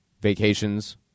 Vacations